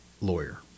lawyer